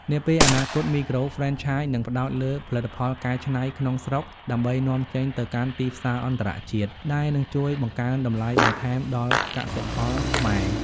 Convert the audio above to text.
នាពេលអនាគត មីក្រូហ្វ្រេនឆាយនឹងផ្ដោតលើ "ផលិតផលកែច្នៃក្នុងស្រុក" ដើម្បីនាំចេញទៅកាន់ទីផ្សារអន្តរជាតិ ដែលនឹងជួយបង្កើនតម្លៃបន្ថែមដល់កសិផលខ្មែរ។